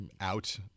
out